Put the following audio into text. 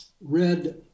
read